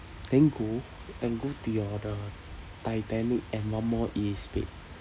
then go and go to your the titanic and one more is wait